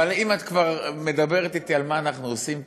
אבל אם את כבר מדברת אתי על מה אנחנו עושים פה,